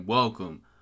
Welcome